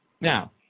Now